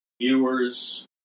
viewers